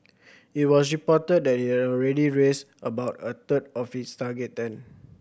it was reported that it already raised about a third of its target then